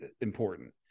important